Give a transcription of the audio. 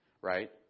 Right